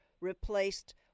replaced